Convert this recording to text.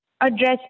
address